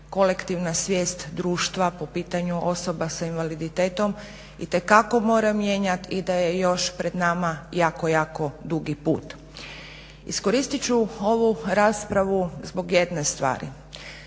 kolektivna svijest društva po pitanju osoba s invaliditetom itekako mora mijenjati i da je još pred nama jako, jako dugi put. Iskoristit ću ovu raspravu zbog jedne stvari.